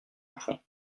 enfants